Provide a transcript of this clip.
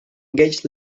engaged